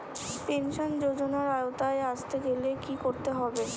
Pension যজোনার আওতায় আসতে গেলে কি করতে হবে?